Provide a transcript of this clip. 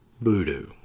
voodoo